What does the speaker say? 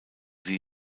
sie